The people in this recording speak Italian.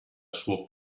suo